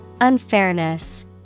Unfairness